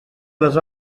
les